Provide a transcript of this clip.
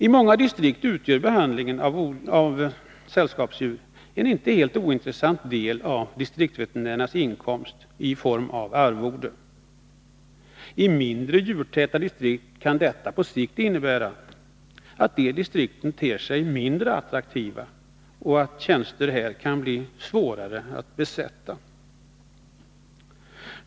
I många distrikt utgör behandlingen av sällskapsdjur en inte helt ointressant del av distriktsveterinärernas inkomst i form av arvode. I mindre djurtäta distrikt kan detta på sikt innebära att dessa distrikt ter sig mindre attraktiva och att tjänster här kan bli svårare att besätta.